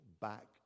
back